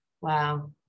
wow